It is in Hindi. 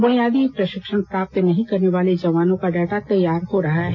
बुनियादी प्रशिक्षण प्राप्त नहीं करने वाले जवानों का डाटा तैयार हो रहा है